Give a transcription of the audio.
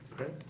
Okay